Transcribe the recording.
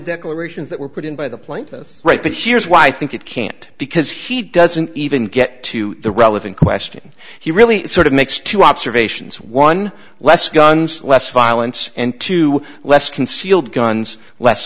declarations that were put in by the plaintiff right but here's why i think it can't because he doesn't even get to the relevant question he really sort of makes two observations one less guns less violence and two less concealed guns less